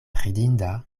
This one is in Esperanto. ridinda